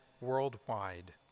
worldwide